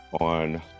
on